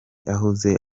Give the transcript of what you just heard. ahuze